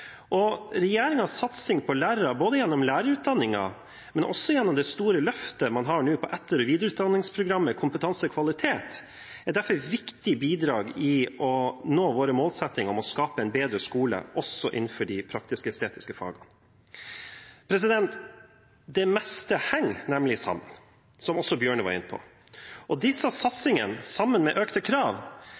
satsing på lærere gjennom lærerutdanning, men også gjennom det store løftet man har nå på etter- og videreutdanningsprogrammet Kompetanse for kvalitet, er derfor et viktig bidrag i å nå våre målsettinger om å skape en bedre skole også innenfor de praktisk-estetiske fagene. Det meste henger nemlig sammen, som også Tynning Bjørnø var inne på. Disse satsingene, sammen med økte krav,